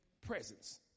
presence